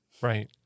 Right